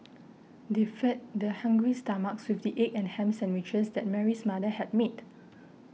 they fed their hungry stomachs with the egg and ham sandwiches that Mary's mother had made